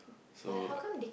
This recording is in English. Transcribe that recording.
so